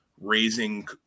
raising